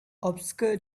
obscure